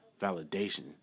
Validation